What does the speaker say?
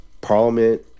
parliament